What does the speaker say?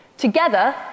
Together